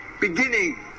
beginning